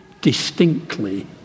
distinctly